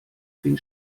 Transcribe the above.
den